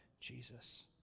Jesus